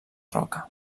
roca